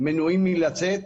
מנועים מלצאת,